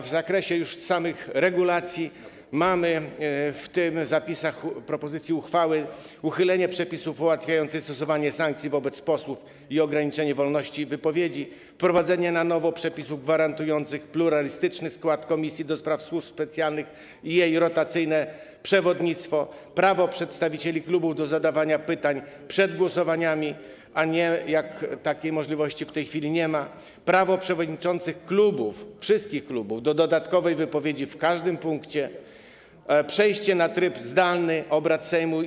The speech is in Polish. W zakresie samych regulacji mamy w tych zapisach propozycji uchwały uchylenie przepisów ułatwiających stosowanie sankcji wobec posłów i ograniczenie wolności ich wypowiedzi, wprowadzenie na nowo przepisów gwarantujących pluralistyczny skład Komisji do Spraw Służb Specjalnych i jej rotacyjne przewodnictwo, prawo przedstawicieli klubów do zadawania pytań przed głosowaniami, a nie jak w tej chwili, kiedy takiej możliwości nie ma, prawo przewodniczących klubów, wszystkich klubów do dodatkowej wypowiedzi w każdym punkcie, przejście na tryb zdalny obrad Sejmu.